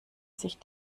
sich